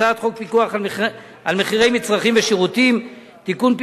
הצעת חוק פיקוח על מחירי מצרכים ושירותים (תיקון,